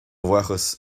bhuíochas